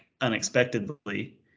unexpectedly